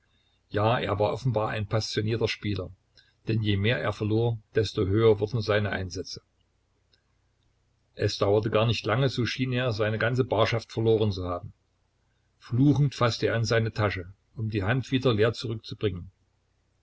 ja er war offenbar ein passionierter spieler denn je mehr er verlor desto höher wurden seine einsätze es dauerte gar nicht lange so schien er seine ganze barschaft verloren zu haben fluchend faßte er in seine tasche um die hand wieder leer zurückzubringen